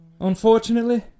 Unfortunately